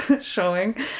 showing